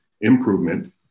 improvement